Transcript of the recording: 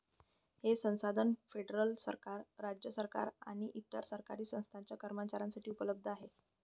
हे संसाधन फेडरल सरकार, राज्य सरकारे आणि इतर सरकारी संस्थांच्या कर्मचाऱ्यांसाठी उपलब्ध आहे